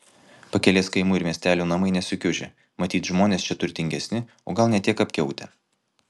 pakelės kaimų ir miestelių namai nesukiužę matyt žmonės čia turtingesni o gal ne tiek apkiautę